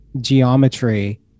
geometry